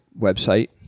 website